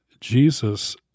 Jesus